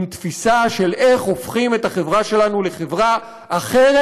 עם תפיסה איך הופכים את החברה שלנו לחברה אחרת,